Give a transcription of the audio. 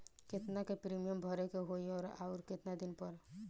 केतना के प्रीमियम भरे के होई और आऊर केतना दिन पर?